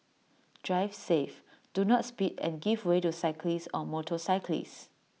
drive safe do not speed and give way to cyclists or motorcyclists